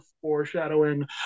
foreshadowing